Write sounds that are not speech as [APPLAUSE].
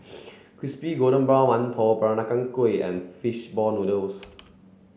[NOISE] crispy golden brown mantou Peranakan Kueh and fish ball noodles